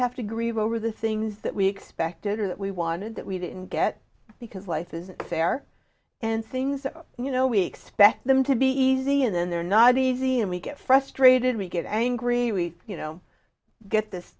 have to grieve over the things that we expected or that we wanted that we didn't get because life isn't fair and things that you know we expect them to be easy and then they're not easy and we get frustrated we get angry we you know get this